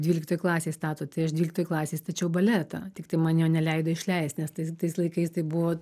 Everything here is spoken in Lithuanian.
dvyliktoj klasėj stato tai aš dvyliktoj klasėj tačiau baletą tiktai man jo neleido išleist nes tais tais laikais tai buvo